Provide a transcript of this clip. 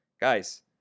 Guys